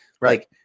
Right